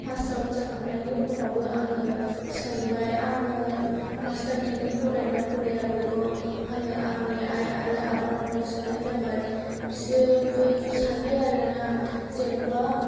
pass out जाखांनायनि उनावबो आङो सोंबाय आङो मास्टार डिग्रि फरायनो ना फराया बेखौ आङो आंनि आइ आरो आबानावनो सोंनाय जाबाय बिसोरबो सानबाय आरो ना जेनबा